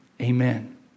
amen